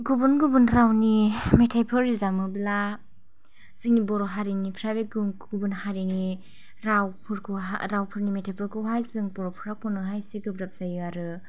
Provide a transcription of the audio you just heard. गुबुन गुबुन रावनि मेथाइफोर रोजाबोब्ला जोंनि बर' हारिनिफ्राय गुबुन हारिनि रावफोरखौ रावफोरनि मेथाइफोरखौहाय जों बर'फोरा खन्नोहाय जि गोब्राब जायो आरो